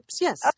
yes